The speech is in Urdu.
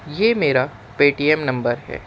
یہ میرا پے ٹی ایم نمبر ہے